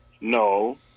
No